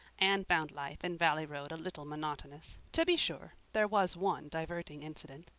anne found life in valley road a little monotonous. to be sure, there was one diverting incident.